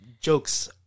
jokes